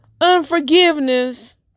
unforgiveness